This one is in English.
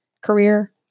career